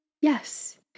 Yes